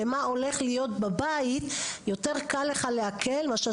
למה שהולך להיות בבית יותר קל לך לעכל מאשר